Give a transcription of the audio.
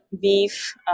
beef